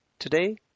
Today